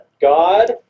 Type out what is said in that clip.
God